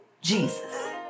Jesus